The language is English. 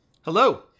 Hello